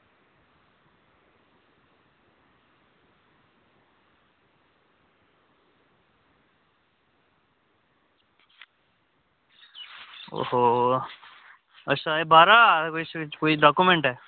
ओहो अच्छा एह् बाहरा कोई डॉक्यूमेंट ऐ